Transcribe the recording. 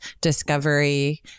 discovery